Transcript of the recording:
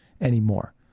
anymore